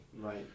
Right